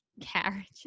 carriage